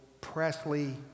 Presley